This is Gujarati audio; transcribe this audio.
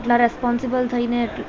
આટલા રિન્પોન્સિબલ થઇને આટલી